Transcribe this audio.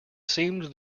seemed